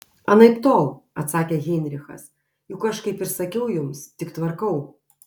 anaiptol atsakė heinrichas juk aš kaip ir sakiau jums tik tvarkau